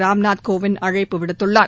ராம்நாத் கோவிந்த் அழைப்பு விடுத்துள்ளார்